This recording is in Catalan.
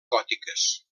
gòtiques